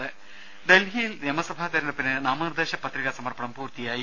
ദേദ ഡൽഹിയിൽ നിയമസഭാ തെരഞ്ഞെടുപ്പിന് നാമനിർദ്ദേശ പത്രികാ സമർപ്പണം പൂർത്തിയായി